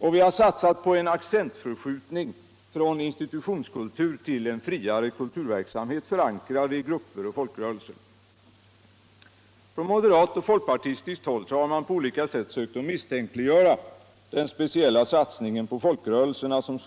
Vi har också satsat på en accentförskjutning från institutionskultur till en friare kulturverksamhet, förankrad i grupper och folkrörelser. Från moderat och folkpartistiskt håll har man på alla sätt sökt misstänkliggöra den speciella satsningen på folkrörelserna som